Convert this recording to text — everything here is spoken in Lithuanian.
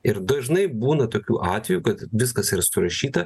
ir dažnai būna tokių atvejų kad viskas yra surašyta